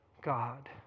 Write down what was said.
God